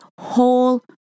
whole